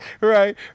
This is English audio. Right